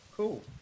Cool